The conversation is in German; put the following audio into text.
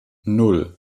nan